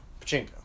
Pachinko